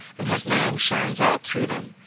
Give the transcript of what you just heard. and his name shines out through them,